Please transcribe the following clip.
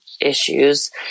issues